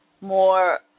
more